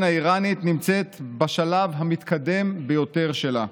האיראנית נמצאת בשלב המתקדם ביותר שלה.